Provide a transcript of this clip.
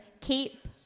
keep